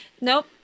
Nope